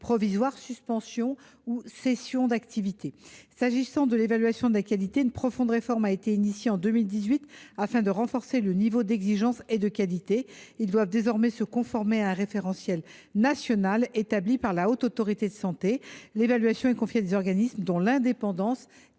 provisoire, suspensions ou cessations d’activité. En matière d’évaluation de la qualité, une profonde réforme a été engagée en 2018, afin de renforcer le niveau d’exigence et de qualité. Les établissements doivent désormais se conformer à un référentiel national établi par la Haute Autorité de santé. L’évaluation est confiée à des organismes dont l’indépendance